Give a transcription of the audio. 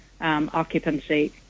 occupancy